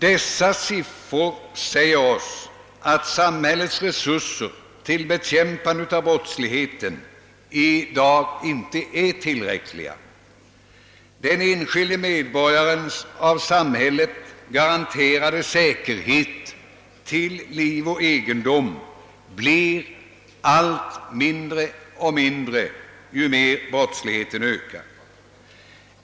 Dessa siffror säger oss, att samhällets resurser för bekämpande av brottsligheten i dag inte är tillräckliga. Den enskilde medborgarens av samhället garanterade säkerhet till liv och egendom blir allt mindre och mindre ju mer brottsligheten ökar.